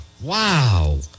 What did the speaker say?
Wow